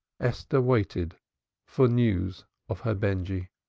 esther waited for news of her benjy.